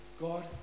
God